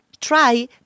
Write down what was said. try